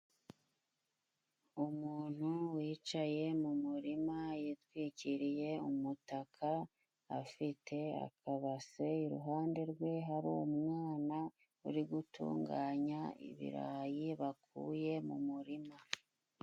Umuntu wicaye mu murima yitwikiriye umutaka afite akabase, iruhande rwe hari umwana uri gutunganya ibirayi bakuye mu murima.